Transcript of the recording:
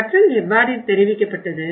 கற்றல் எவ்வாறு தெரிவிக்கப்பட்டது